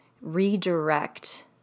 redirect